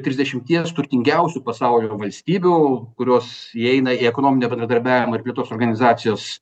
trisdešimties turtingiausių pasaulio valstybių kurios įeina į ekonominio bendradarbiavimo ir plėtros organizacijos